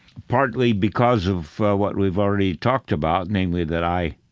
partly because of what we've already talked about, namely that i,